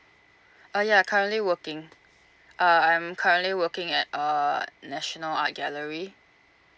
uh ya currently working uh I'm currently working at uh national art gallery